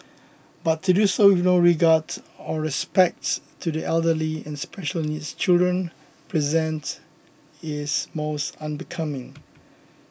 but to do so with no regard to or respect to the elderly and special needs children present is most unbecoming